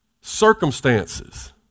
circumstances